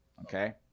Okay